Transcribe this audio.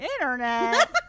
Internet